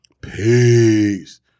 Peace